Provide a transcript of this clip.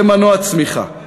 זה מנוע צמיחה,